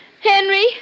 Henry